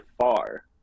far